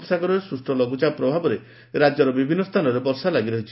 ପସାଗରରେ ସୃଷ ଲଘୁଚାପ ପ୍ରଭାବରେ ରାଜ୍ୟର ବିଭିନ୍ନ ସ୍ଥାନରେ ବର୍ଷା ଲାଗି ରହିଛି